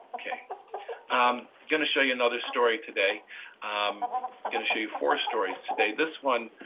okay i'm going to show you another story today i'm going to show you four stories today this one